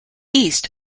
east